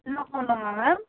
ma'am